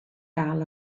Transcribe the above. gael